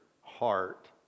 heart